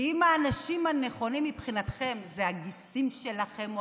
כי אם האנשים הנכונים מבחינתכם זה הגיסים שלכם או